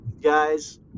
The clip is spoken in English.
guys